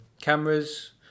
cameras